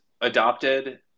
adopted